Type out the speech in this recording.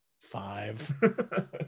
Five